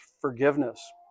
forgiveness